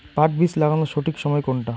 পাট বীজ লাগানোর সঠিক সময় কোনটা?